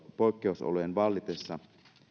poikkeusolojen vallitessa